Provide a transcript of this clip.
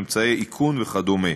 אמצעי איכון וכדומה.